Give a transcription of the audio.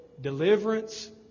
deliverance